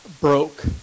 broke